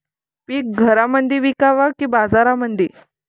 पीक घरामंदी विकावं की बाजारामंदी?